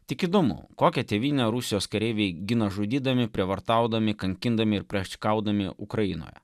tik įdomu kokią tėvynę rusijos kareiviai gina žudydami prievartaudami kankindami ir plėšikaudami ukrainoje